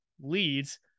leads